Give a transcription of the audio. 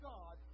God